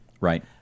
Right